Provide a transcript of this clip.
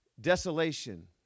desolation